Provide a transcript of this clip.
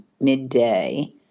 midday